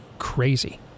Crazy